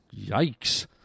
Yikes